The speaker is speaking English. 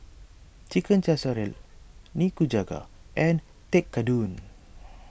Chicken Casserole Nikujaga and Tekkadon